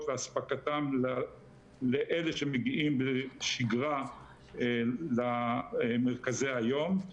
ואספקתם לאלה שמגיעים לשירה במרכזי היום.